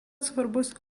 svarbus